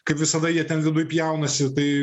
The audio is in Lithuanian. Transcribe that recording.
kaip visada jie ten viduj pjaunasi tai